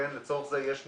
לצורך זה יש מומחים,